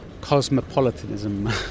cosmopolitanism